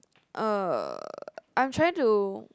uh I'm trying to